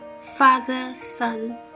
father-son